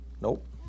Nope